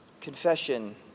confession